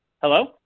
Hello